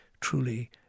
truly